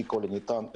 ככל הניתן,